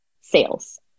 sales